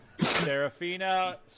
Serafina